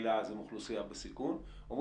מעסיקים מעידים